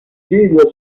video